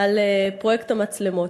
על פרויקט המצלמות.